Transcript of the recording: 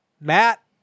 Matt